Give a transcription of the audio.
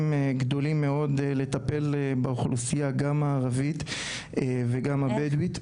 גדולים מאוד לטפל באוכלוסייה גם הערבית וגם הבדואית.